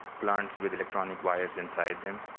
plants with electronic wires inside them.